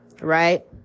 right